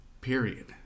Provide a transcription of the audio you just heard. period